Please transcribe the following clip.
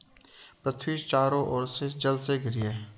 पृथ्वी चारों ओर से जल से घिरी है